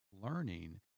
learning